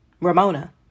Ramona